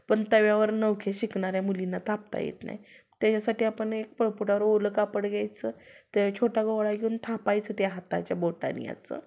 पण तव्यावर नवखे शिकणाऱ्या मुलींना थापता येत नाही त्याच्यासाठी आपण एक पोळपाटावर ओलं कापड घ्यायचं त्या छोटा गोळा घेऊन थापायचं त्या हाताच्या बोटांनी असं